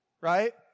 right